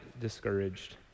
discouraged